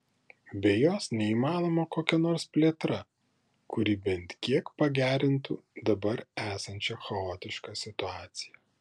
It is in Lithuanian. be jos neįmanoma kokia nors plėtra kuri bent kiek pagerintų dabar esančią chaotišką situaciją